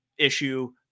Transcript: issue